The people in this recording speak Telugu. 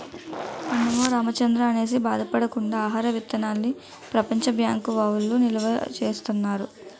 అన్నమో రామచంద్రా అనేసి బాధ పడకుండా ఆహార విత్తనాల్ని ప్రపంచ బ్యాంకు వౌళ్ళు నిలవా సేత్తన్నారు